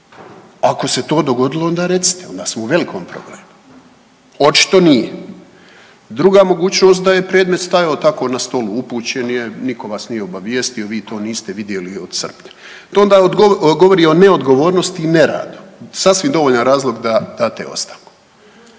Ako se to dogodilo onda recite, onda smo u velikom problemu. Očito nije. Druga mogućnost da je predmet stajao tako na stolu upućen je, nitko vas nije obavijestio, vi to niste vidjeli od srpnja. To onda govori o neodgovornosti i neradu. Sasvim dovoljan razlog da date ostavku.